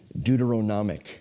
deuteronomic